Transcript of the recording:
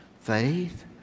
faith